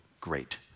Great